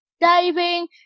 diving